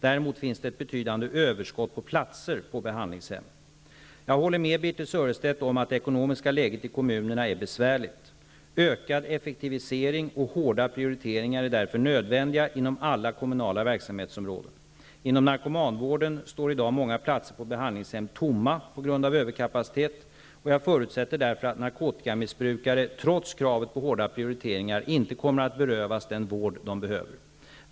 Däremot finns det ett betydande överskott på platser på behandlingshem. Jag håller med Birthe Sörestedt om att det ekonomiska läget i kommunerna är bevärligt. Ökad effektivisering och hårda prioriteringar är därför nödvändiga inom alla kommunala verksamhetsområden. Inom narkomanvården står i dag många platser på behandlingshem tomma på grund av överkapacitet. Jag förutsätter därför att narkotikamissbrukare, trots kravet på hårda prioriteringar, inte kommer att berövas den vård de behöver.